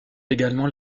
également